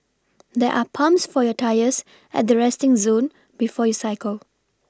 there're pumps for your tyres at the resting zone before you cycle